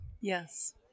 Yes